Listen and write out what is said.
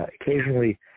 Occasionally